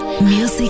Music